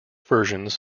versions